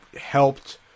helped